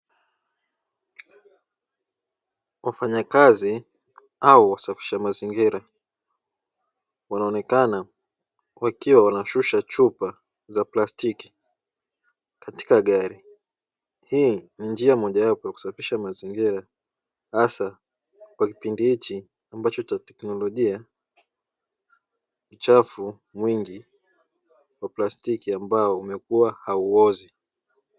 Wafanyakazi au wasafisha mazingira wanaonekana wakiwa wanashusha chupa za plastika katika gari. Hii ni njia moja wapo ya kusafisha mazingira hasa kwa kipindi hiki cha kiteknolojia uchafu mwingi wa plastiki ambao umekuwa hauozi.